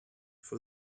for